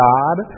God